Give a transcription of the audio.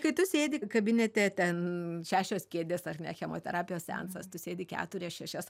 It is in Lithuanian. kai tu sėdi kabinete ten šešios kėdės ar ne chemoterapijos seansas tu sėdi keturias šešias